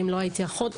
ואם לא הייתי אחות,